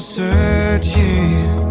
searching